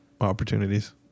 opportunities